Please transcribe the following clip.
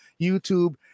YouTube